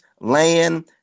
land